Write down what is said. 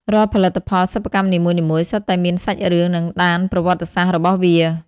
រាល់ផលិតផលសិប្បកម្មនីមួយៗសុទ្ធតែមានសាច់រឿង និងដានប្រវត្តិសាស្ត្ររបស់វា។